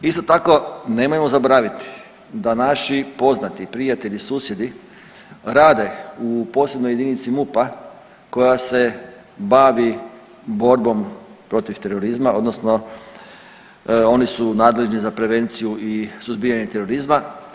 Isto tako nemojmo zaboraviti da naši poznati prijatelji, susjedi, rade u posebnoj jedinici MUP-a koja se bavi borbom protiv terorizma odnosno oni su nadležni za prevenciju i suzbijanje terorizma.